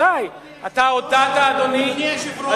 אדוני היושב-ראש,